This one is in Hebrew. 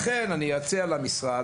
לכן אני מציע למשרד